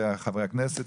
וחברי הכנסת,